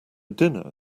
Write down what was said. dinner